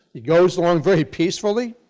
he goes on very peacefully.